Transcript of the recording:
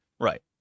right